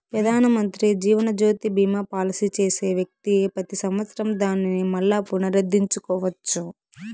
పెదానమంత్రి జీవనజ్యోతి బీమా పాలసీ చేసే వ్యక్తి పెతి సంవత్సరం దానిని మల్లా పునరుద్దరించుకోవచ్చు